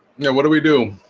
yeah, what do we do